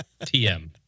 TM